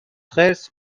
خرس